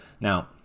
Now